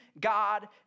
God